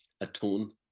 atone